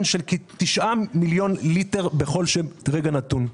של כתשעה מיליון ליטר בכל רגע נתון.